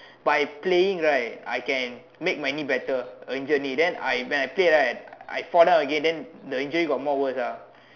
by playing right I can make my knee better my injured knee and then when I play right I fall down again then the injury got more worse ah